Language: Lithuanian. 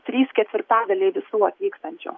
trys ketvirtadaliai visų atvykstančių